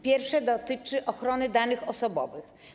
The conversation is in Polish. Pierwsze dotyczy ochrony danych osobowych.